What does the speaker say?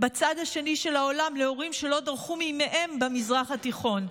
בצד השני של העולם להורים שלא דרכו מימיהם במזרח התיכון.